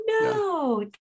no